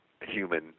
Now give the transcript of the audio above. human